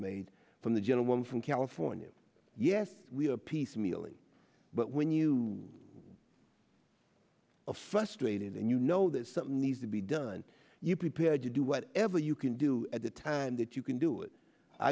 made from the gentleman from california yes we are piecemealing but when you of frustrated and you know that something needs to be done you're prepared to do whatever you can do at the time that you can do it i